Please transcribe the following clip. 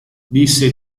disse